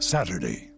Saturday